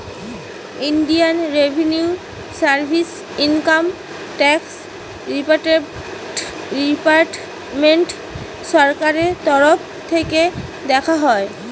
Indian revenue service income tax department সরকারের তরফ থিকে দেখা হয়